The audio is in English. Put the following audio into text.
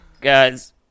guys